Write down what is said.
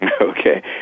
Okay